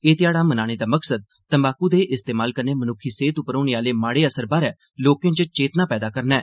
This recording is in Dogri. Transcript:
एह् ध्याड़ा मनाने दा मकसद तंबाकू दे इस्तेमाल कन्नै मनुक्खी सेहत उप्पर होने आह्ले माड़े असर बारै लोकें च चेतना पैदा करना ऐ